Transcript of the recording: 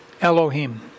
Elohim